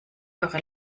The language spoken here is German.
eure